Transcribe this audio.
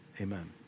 amen